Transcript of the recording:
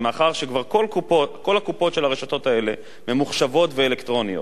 שמאחר שכבר כל הקופות של הרשתות האלה ממוחשבות ואלקטרוניות,